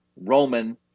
Roman